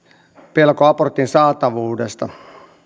pelko abortin saatavuudesta